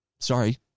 Sorry